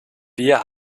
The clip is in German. wir